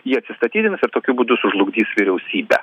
jie atsistatydins ir tokiu būdu sužlugdys vyriausybę